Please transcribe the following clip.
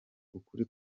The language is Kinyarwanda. ukuri